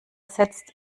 setzt